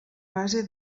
base